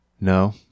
No